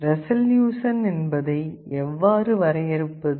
resolution என்பதை எவ்வாறு வரையறுப்பது